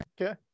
Okay